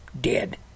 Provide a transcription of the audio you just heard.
dead